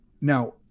Now